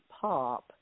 pop